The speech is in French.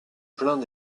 plaint